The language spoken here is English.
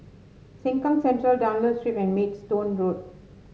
Sengkang Central Dunlop Street and Maidstone Road